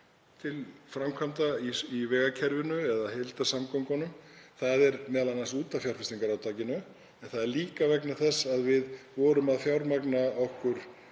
til framkvæmda í vegakerfinu eða heildarsamgöngunum. Það er m.a. út af fjárfestingarátakinu en líka vegna þess að við vorum að fjármagna okkur